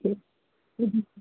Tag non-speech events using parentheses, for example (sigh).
(unintelligible)